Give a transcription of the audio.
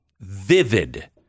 vivid